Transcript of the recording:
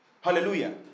Hallelujah